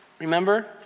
Remember